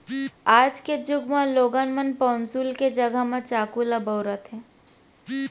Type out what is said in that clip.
आज के जुग म लोगन मन पौंसुल के जघा चाकू ल बउरत हें